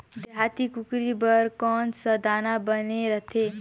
देहाती कुकरी बर कौन सा दाना बने रथे?